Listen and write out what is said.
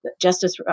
Justice